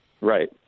right